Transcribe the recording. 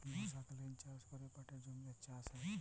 বর্ষকালীল চাষ ক্যরে পাটের জমিতে চাষ হ্যয়